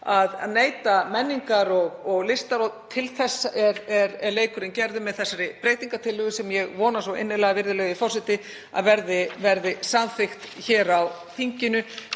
að neyta menningar og listar. Til þess er leikurinn gerður, með þessari breytingartillögu, sem ég vona svo innilega, virðulegi forseti, að verði samþykkt hér á þinginu.